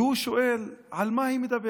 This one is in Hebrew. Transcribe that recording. והוא שואל: על מה היא מדברת?